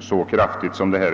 så kraftigt som nu skett.